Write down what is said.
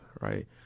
right